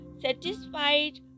satisfied